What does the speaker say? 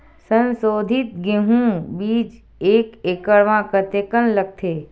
संसोधित गेहूं बीज एक एकड़ म कतेकन लगथे?